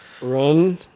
Run